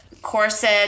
Corset